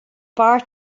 far